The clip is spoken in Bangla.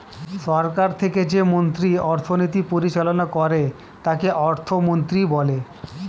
সরকার থেকে যে মন্ত্রী অর্থনীতি পরিচালনা করে তাকে অর্থমন্ত্রী বলে